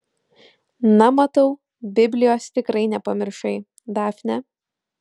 na matau biblijos tikrai nepamiršai dafne